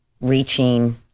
reaching